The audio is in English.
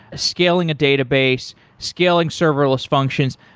scaling a database, scaling serverless functions,